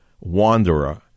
Wanderer